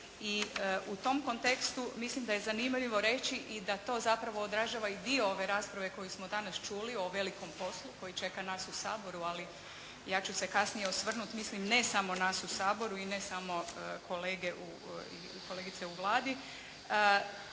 i u tom kontekstu mislim da je zanimljivo reći i da to zapravo odražava i dio ove rasprave koju smo danas čuli o velikom poslu koji čeka nas u Saboru. Ali ja ću se kasnije osvrnuti mislim ne samo nas u Saboru i ne samo kolegice u Vladi.